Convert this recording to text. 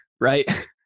right